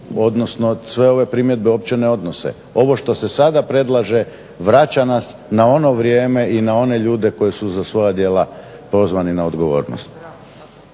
odnosno sve ove primjedbe uopće ne odnose. Ovo što se sada predlaže vraća nas na ono vrijeme i na one ljude koji su za svoja djela pozvani na odgovornost.